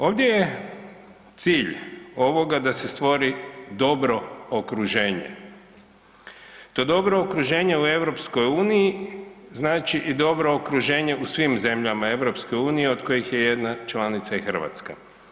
Ovdje je cilj ovoga da se stvori dobro okruženje, to dobro okruženje u EU znači i dobro okruženje u svim zemljama EU-a od kojih je jedna članica i Hrvatska.